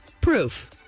proof